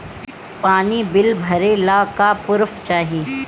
पानी बिल भरे ला का पुर्फ चाई?